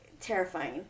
terrifying